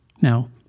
Now